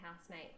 housemate